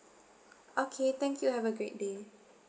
okay thank you have a great day